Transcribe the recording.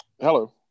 Hello